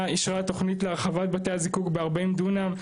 אישרה תוכנית להרחבת בתי הזיקוק ב- 40 דונם,